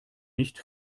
nicht